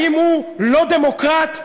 האם הוא לא דמוקרט?